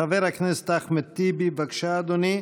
חבר הכנסת אחמד טיבי, בבקשה, אדוני.